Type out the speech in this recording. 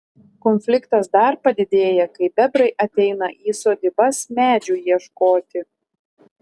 konfliktas dar padidėja kai bebrai ateina į sodybas medžių ieškoti